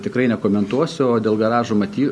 tikrai nekomentuosiu o dėl garažų maty